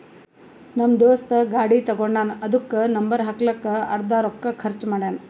ನಮ್ ದೋಸ್ತ ಗಾಡಿ ತಗೊಂಡಾನ್ ಅದುಕ್ಕ ನಂಬರ್ ಹಾಕ್ಲಕ್ಕೆ ಅರ್ದಾ ರೊಕ್ಕಾ ಖರ್ಚ್ ಮಾಡ್ಯಾನ್